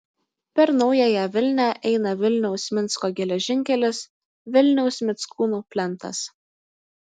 per naująją vilnią eina vilniaus minsko geležinkelis vilniaus mickūnų plentas